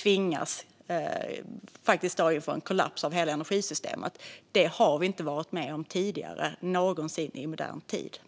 hela energisystemet skulle kollapsa. Det har vi inte varit med om i modern tid.